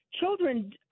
children